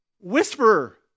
Whisperer